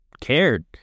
cared